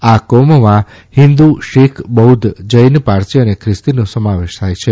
આ કોમોમાં હિન્દુ શીખ બૌધ્ધ જૈન પારસી અને ખ્રીસ્તીનો સમાવેશ થાય છે